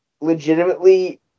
legitimately